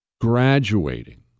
graduating